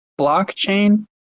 blockchain